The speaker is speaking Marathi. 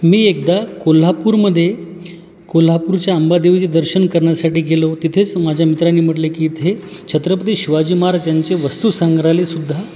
मी एकदा कोल्हापूरमध्ये कोल्हापूरच्या अंबा देवीचे दर्शन करण्यासाठी गेलो तिथेच माझ्या मित्राने म्हटले की इथे छत्रपती शिवाजी महाराजांचे वस्तू संग्रालयसुद्धा